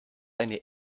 eine